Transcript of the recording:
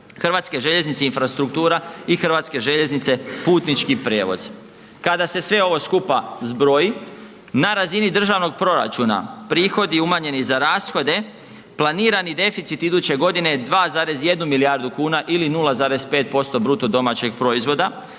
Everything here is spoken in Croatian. Rijeka-Zagreb, HŽ Infrastruktura i HŽ Putnički prijevoz. Kada se sve ovo skupa zbroji, na razini državnog proračuna, prihodi umanjeni za rashode, planirani deficit iduće godine je 2,1 milijardu kuna ili 0,5% BDP-a. Što